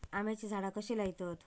आम्याची झाडा कशी लयतत?